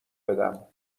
بدم